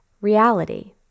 reality